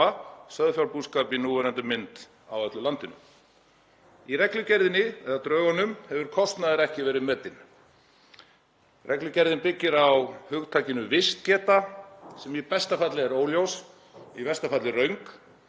sauðfjárbúskap í núverandi mynd á öllu landinu. Í reglugerðinni, eða drögunum, hefur kostnaður ekki verið metinn. Reglugerðin byggir á hugtakinu vistgeta sem í besta falli er óljóst og í versta falli rangt